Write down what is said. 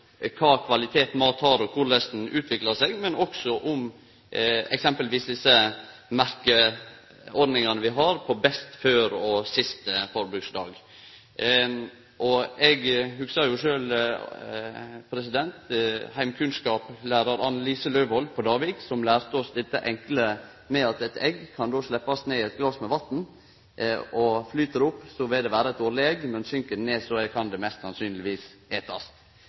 kva kvalitet mat har, og korleis han utviklar seg, men også eksempelvis om desse merkjeordningane vi har, som «best før» og «siste forbruksdag». Eg hugsar sjølv heimkunnskapslærar Anne Lise Løvold på Davik som lærte oss dette enkle med at eit egg kan sleppast ned i eit glas med vatn, og flyt det opp, vil det vere eit dårleg egg, men søkk det ned, kan det mest sannsynleg etast.